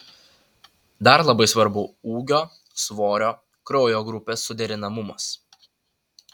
dar labai svarbu ūgio svorio kraujo grupės suderinamumas